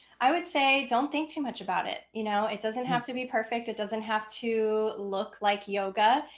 i would say don't think too much about it. you know, it doesn't have to be perfect. it doesn't have to look like yoga.